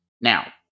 Now